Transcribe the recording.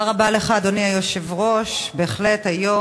ירושלים,